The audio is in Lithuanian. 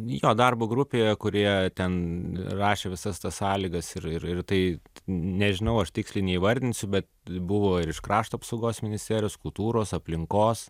jo darbo grupė kurie ten rašė visas tas sąlygas ir ir tai nežinau aš tiksliai neįvardinsiu bet buvo ir iš krašto apsaugos ministerijos kultūros aplinkos